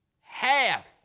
half